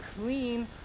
clean